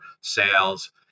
sales